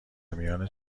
میان